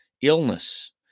illness